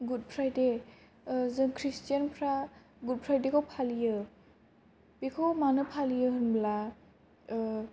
good Friday जों खृष्टियान फ्रा गुड फ्रायडे खौ फालियो बेखौ मानो फालियो होनब्ला